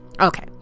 Okay